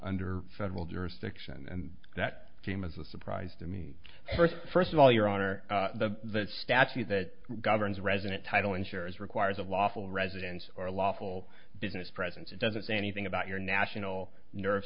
under federal jurisdiction and that came as a surprise to me first first of all your honor that statute that governs resident title insurance requires a lawful residence or a lawful business presence it doesn't say anything about your national nerve